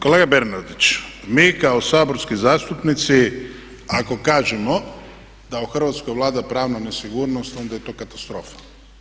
Kolega Bernardić, mi kao saborski zastupnici ako kažemo da u Hrvatskoj vlada pravna nesigurnost onda je to katastrofa.